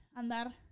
andar